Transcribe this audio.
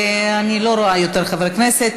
אני לא רואה יותר חברי כנסת.